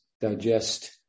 digest